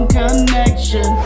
connection